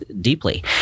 deeply